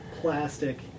plastic